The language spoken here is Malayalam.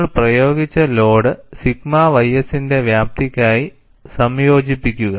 നിങ്ങൾ പ്രയോഗിച്ച ലോഡ് സിഗ്മ ys ന്റെ വ്യാപ്തിക്കായി സംയോജിപ്പിക്കുക